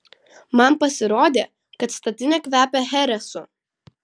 man pasirodė kad statinė kvepia cheresu